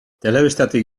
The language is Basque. telebistatik